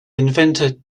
inventor